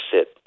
sit